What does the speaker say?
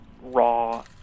raw